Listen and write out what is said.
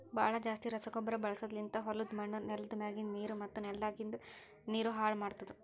ಭಾಳ್ ಜಾಸ್ತಿ ರಸಗೊಬ್ಬರ ಬಳಸದ್ಲಿಂತ್ ಹೊಲುದ್ ಮಣ್ಣ್, ನೆಲ್ದ ಮ್ಯಾಗಿಂದ್ ನೀರು ಮತ್ತ ನೆಲದಾಗಿಂದ್ ನೀರು ಹಾಳ್ ಮಾಡ್ತುದ್